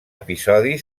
episodi